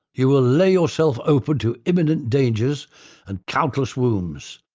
you will lay yourself open to imminent dangers and countless wounds,